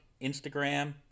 instagram